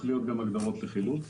צריכות להיות הגדרות לחילוץ,